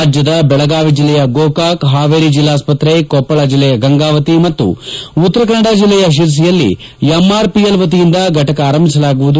ರಾಜ್ಯದ ಬೆಳಗಾವಿ ಜಿಲ್ಲೆಯ ಗೋಕಾಕ ಹಾವೇರಿ ಜಿಲ್ಲಾಸ್ನತ್ರೆ ಕೊಪ್ಪಳ ಜಿಲ್ಲೆಯ ಗಂಗಾವತಿ ಮತ್ತು ಉತ್ತರ ಕನ್ನಡ ಜಿಲ್ಲೆಯ ಶಿರಸಿಯಲ್ಲಿ ಎಂಆರ್ಪಿಎಲ್ ವತಿಯಿಂದ ಫಟಕ ಆರಂಭಿಸಲಾಗುವುದು